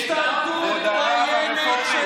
השתלטות עוינת,